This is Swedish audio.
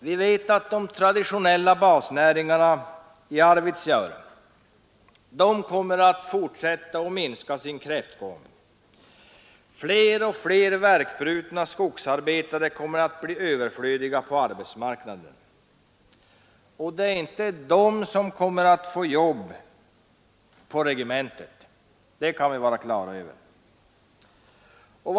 Vi vet att de traditionella basnäringarna i Arvidsjaur kommer att fortsätta sin kräftgång. Fler och fler värkbrutna skogsarbetare kommer att bli överflödiga på arbetsmarknaden, och det är inte de som kommer att få jobb på regementet. Det måste vi vara på det klara med.